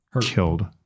killed